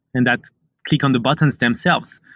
and that's click on the buttons themselves.